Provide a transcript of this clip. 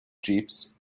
jeeps